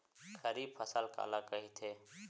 खरीफ फसल काला कहिथे?